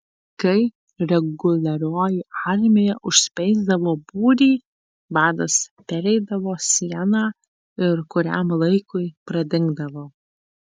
kai reguliarioji armija užspeisdavo būrį vadas pereidavo sieną ir kuriam laikui pradingdavo